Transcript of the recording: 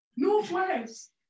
Northwest